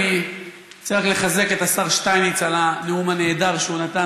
אני רוצה רק לחזק את השר שטייניץ על הנאום הנהדר שהוא נתן.